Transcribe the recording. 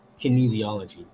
kinesiology